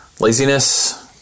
laziness